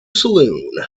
saloon